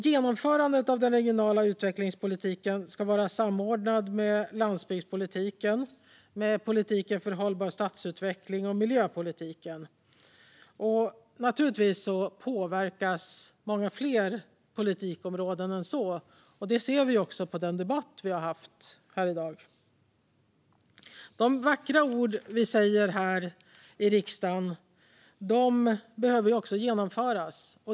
Genomförandet av den regionala utvecklingspolitiken ska vara samordnat med landsbygdspolitiken, politiken för hållbar stadsutveckling och miljöpolitiken. Naturligtvis påverkas många fler politikområden än så, och det ser vi också på den debatt vi har haft här i dag. De vackra ord vi säger här i riksdagen behöver också genomföras.